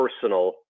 personal